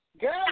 Girl